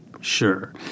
Sure